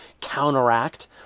counteract